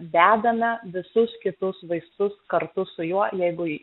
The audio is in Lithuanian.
dedame visus kitus vaistus kartu su juo jeigu